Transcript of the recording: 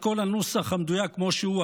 את כל הנוסח המדויק כמו שהוא,